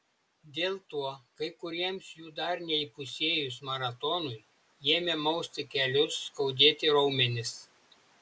dėl to kai kuriems jų dar neįpusėjus maratonui ėmė mausti kelius skaudėti raumenis